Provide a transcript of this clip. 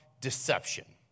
deception